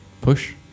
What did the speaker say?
push